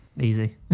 Easy